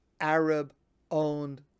Arab-owned